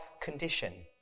condition